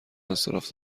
انصراف